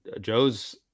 Joe's